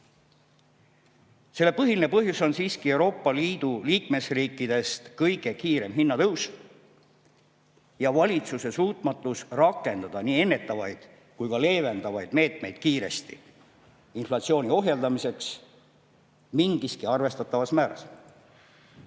Selle põhiline põhjus on siiski Euroopa Liidu liikmesriikidest kõige kiirem hinnatõus ja valitsuse suutmatus rakendada kiiresti nii ennetavaid kui ka leevendavaid meetmeid inflatsiooni ohjeldamiseks mingiski arvestatavas